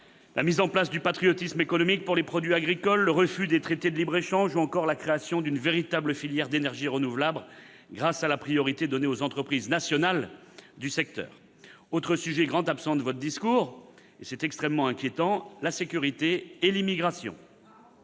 la mise en place du patriotisme économique pour les produits agricoles, le refus des traités de libre-échange ou encore la création d'une véritable filière d'énergies renouvelables, grâce à la priorité donnée aux entreprises nationales du secteur. Autres grands absents de votre discours, et c'est extrêmement inquiétant : la sécurité et l'immigration.